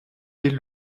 est